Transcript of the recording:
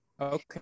Okay